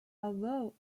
although